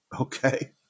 Okay